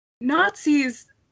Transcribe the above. Nazis